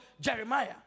Jeremiah